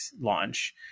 launch